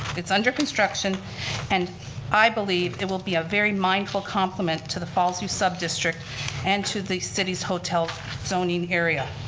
it's under construction and i believe it will be a very mindful complement to the fallsview subdistrict and to the city's hotel zoning area.